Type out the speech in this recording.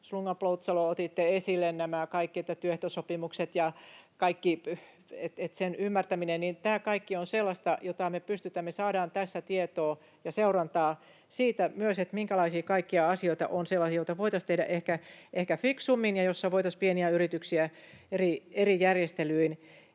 Slunga-Poutsalo, otitte esille nämä työehtosopimukset ja kaiken sen ymmärtämisen. Tämä kaikki on sellaista, josta me saadaan tässä tietoa ja voidaan seurata sitä, minkälaiset kaikki asiat ovat sellaisia, joita voitaisiin tehdä ehkä fiksummin ja joissa voitaisiin pieniä yrityksiä eri järjestelyin